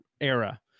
era